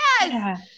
yes